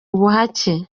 ubuhake